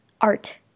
art